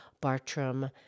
Bartram